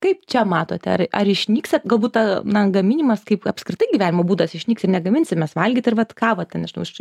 kaip čia matote ar ar išnyks galbut ta na gaminimas kaip apskritai gyvenimo būdas išnyks ir negaminsime valgyti ir vat kavą ten nežinau iš